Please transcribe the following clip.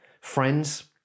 Friends